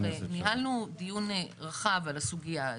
אנחנו הרי ניהלנו דיון רחב על הסוגיה הזו,